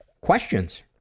questions